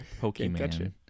Pokemon